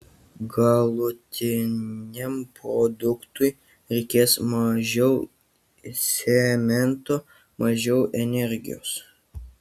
galutiniam produktui reikės mažiau cemento mažiau energijos